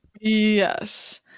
Yes